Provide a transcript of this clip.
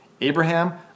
Abraham